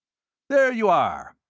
there you are!